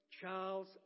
Charles